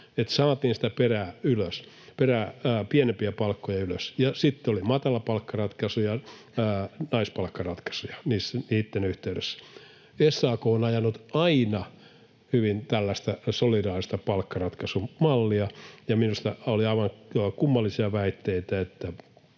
saatiin sitä perää, pienempiä palkkoja, ylös. Sitten oli matalapalkkaratkaisuja ja naispalkkaratkaisuja niitten yhteydessä. SAK on ajanut aina hyvin tällaista solidaarista palkkaratkaisumallia, ja minusta oli aivan kummallisia väitteitä,